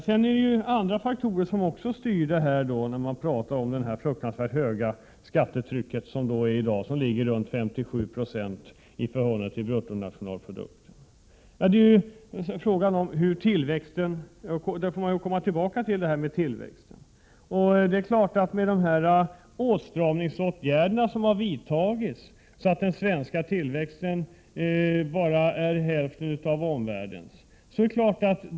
Det är också andra faktorer som styr det fruktansvärt hårda skattetryck som man från borgerligt håll talar om och som i dag ligger kring 57 9 i förhållande till bruttonationalprodukten. Jag kommer då tillbaka till tillväxten. De åtstramningsåtgärder som har vidtagits har medfört att den svenska tillväxten bara är hälften av omvärldens.